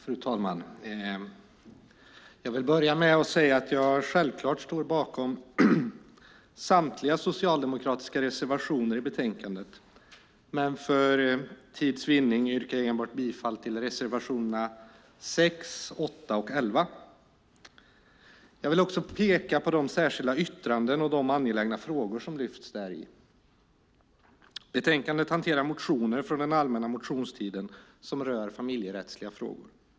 Fru talman! Jag vill börja med att säga att jag självklart står bakom samtliga socialdemokratiska reservationer i betänkandet, men för tids vinnande yrkar jag enbart bifall till reservationerna 6, 8 och 11. Jag vill också peka på de särskilda yttrandena och de angelägna frågor som lyfts däri. Betänkandet hanterar motioner från den allmänna motionstiden som rör familjerättsliga frågor.